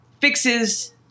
fixes